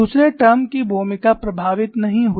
दूसरे टर्म की भूमिका प्रभावित नहीं हुई